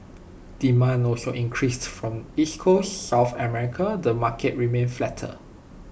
demand also increased from East Coast south America the market remained flatter